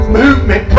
movement